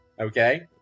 Okay